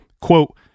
quote